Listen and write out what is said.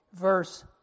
verse